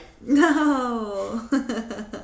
No